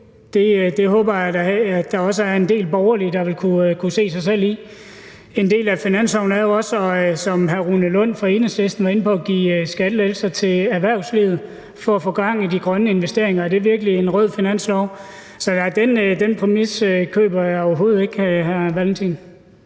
Det håber jeg da at der også er en del borgerlige der vil kunne se sig selv i. En del af finansloven er jo også, som hr. Rune Lund fra Enhedslisten var inde på, at give skattelettelser til erhvervslivet for at få gang i de grønne investeringer. Er det virkelig en rød finanslov? Så den præmis køber jeg overhovedet ikke, hr. Valentin.